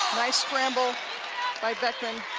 nice scramble by beckman.